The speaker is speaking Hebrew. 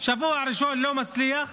בשבוע הראשון לא מצליח,